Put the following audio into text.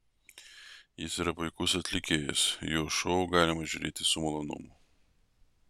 jis yra puikus atlikėjas jo šou galima žiūrėti su malonumu